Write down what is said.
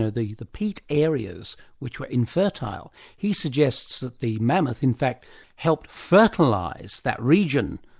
ah the the peat areas which were infertile, he suggests that the mammoth in fact helped fertilise that region,